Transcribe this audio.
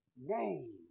name